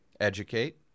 Educate